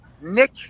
Nick